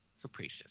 capricious